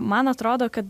man atrodo kad